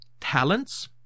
talents